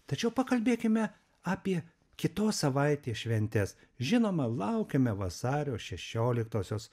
tačiau pakalbėkime apie kitos savaitės šventes žinoma laukiame vasario šešioliktosios